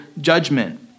judgment